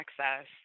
access